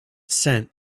scent